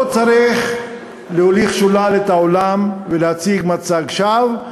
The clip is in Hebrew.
לא צריך להוליך שולל את העולם ולהציג מצג שווא.